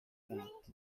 knot